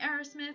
Aerosmith